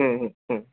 হুম হুম হুম